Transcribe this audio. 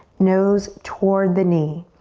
nose toward the knee.